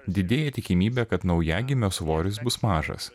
didėja tikimybė kad naujagimio svoris bus mažas